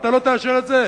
אתה לא תאשר את זה?